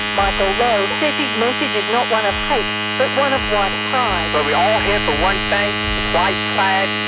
michael lowe says his message is not one of hate but one of white pride. we are all here for one thing, it's white pride.